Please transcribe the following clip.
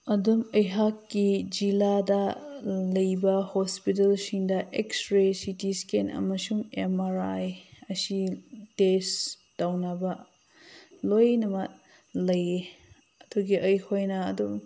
ꯑꯗꯨꯝ ꯑꯩꯍꯥꯛꯀꯤ ꯖꯤꯂꯥꯗ ꯂꯩꯕ ꯍꯣꯁꯄꯤꯇꯥꯜꯁꯤꯡꯗ ꯑꯦꯛꯁꯔꯦ ꯁꯤ ꯇꯤ ꯏꯁꯀꯦꯟ ꯑꯃꯁꯨꯡ ꯑꯦꯝ ꯑꯥꯔ ꯑꯥꯏ ꯑꯁꯤ ꯇꯦꯁ ꯇꯧꯅꯕ ꯂꯣꯏꯅꯃꯛ ꯂꯩꯌꯦ ꯑꯗꯨꯒꯤ ꯑꯩꯈꯣꯏꯅ ꯑꯗꯨꯝ